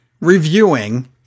reviewing